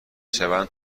شوند